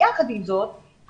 יחד עם זאת,